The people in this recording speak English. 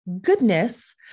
goodness